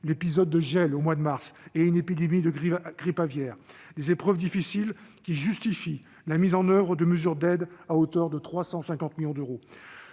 épisode de gel au mois de mars et une épidémie de grippe aviaire. Ces épreuves difficiles justifient la mise en oeuvre de mesures d'aide à hauteur de 350 millions d'euros.